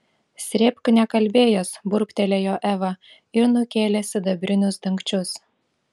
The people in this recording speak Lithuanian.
srėbk nekalbėjęs burbtelėjo eva ir nukėlė sidabrinius dangčius